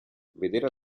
vedere